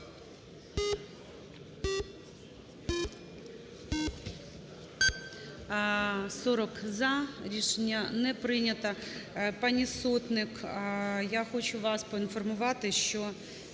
За-40 Рішення не прийняте. Пані Сотник, я хочу вас поінформувати, що